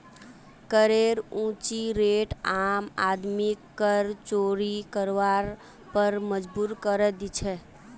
करेर ऊँची रेट आम आदमीक कर चोरी करवार पर मजबूर करे दी छे